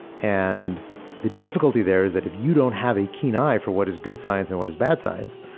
and the difficulty there is that if you don't have a keen eye for what is good science and what is bad science,